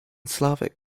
slavic